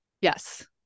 Yes